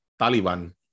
Taliban